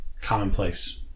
Commonplace